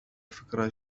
فكرة